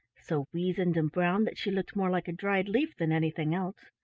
so weazened and brown that she looked more like a dried leaf than anything else.